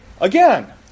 again